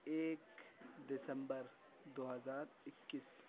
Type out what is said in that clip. ایک دسمبر دو ہزار اکیس